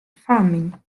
farming